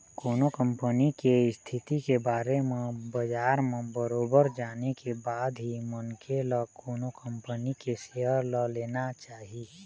कोनो कंपनी के इस्थिति के बारे म बजार म बरोबर जाने के बाद ही मनखे ल कोनो कंपनी के सेयर ल लेना चाही